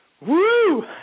Woo